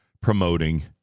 promoting